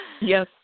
Yes